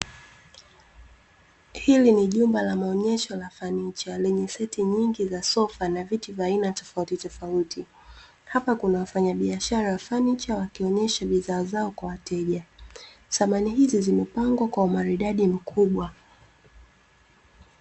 Hili ni jumba la maonyesho la fanicha, lenye seti nyingi za sofa na viti vya aina tofautitofauti. Hapa kuna wafanyabiashara wa fanicha wakionyesha bidhaa zao kwa wateja. Samani hizi zimepangwa kwa umaridadi mkubwa.